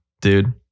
dude